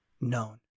known